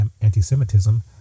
anti-Semitism